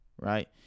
right